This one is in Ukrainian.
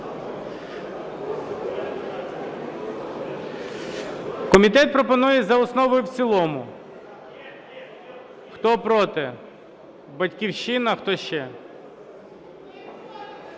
Комітет пропонує за основу і в цілому. Хто – проти? "Батьківщина". Хто ще?